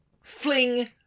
fling